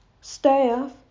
staff